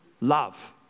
love